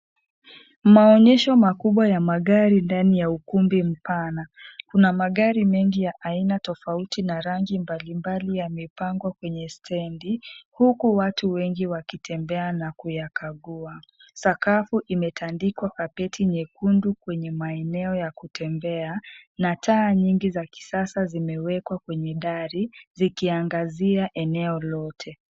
Maonyesho makubwa ya magari ndani ya ukumbi mpana kuna magari mengi ya aina tofauti na rangi mbalimbali yamepangwa kwenye stendi huku watu wengi wakitembea na kuyakagua . Sakafu imetandikwa Kapeti nyekundu kwenye maeneo ya kutembea na taa nyingi za kisasa zimewekwa kwenye gari zikiangazia eneo lote.